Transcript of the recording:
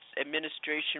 administration